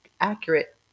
accurate